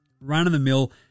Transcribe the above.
run-of-the-mill